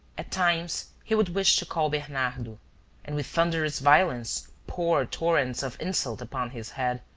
at times he would wish to call bernardo and with thunderous violence pour torrents of insult upon his head.